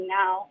now